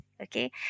Okay